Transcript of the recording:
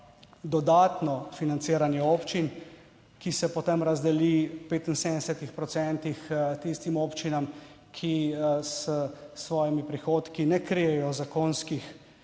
dodatno financiranje občin, ki se potem razdeli v 75 procentih tistim občinam, ki s svojimi prihodki ne krijejo zakonskih